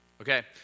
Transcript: okay